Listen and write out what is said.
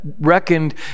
reckoned